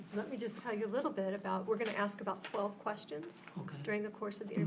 let me just tell you a little bit about, we're gonna ask about twelve questions during the course of